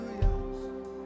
Hallelujah